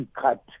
cut